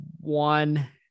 one